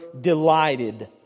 delighted